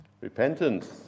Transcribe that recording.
Repentance